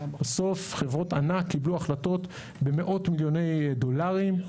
בסוף חברות ענק קיבלו החלטות במאות מיליוני דולרים,